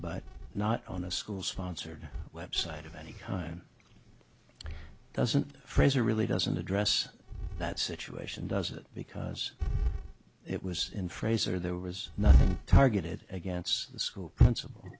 but not on a school sponsored website of any time doesn't frezza really doesn't address that situation does it because it was in frazer there was nothing targeted against the school principal